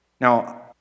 Now